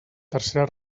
tercera